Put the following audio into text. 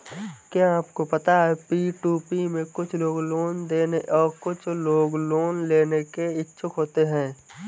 क्या आपको पता है पी.टू.पी में कुछ लोग लोन देने और कुछ लोग लोन लेने के इच्छुक होते हैं?